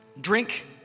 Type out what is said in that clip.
Drink